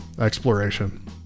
exploration